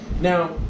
now